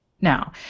Now